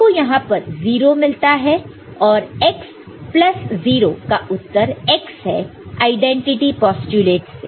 तो आप को यहां पर 0 मिलता है और x प्लस 0 का उत्तर x है आईडेंटिटी पोस्टयूलेट से